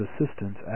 assistance